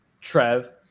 Trev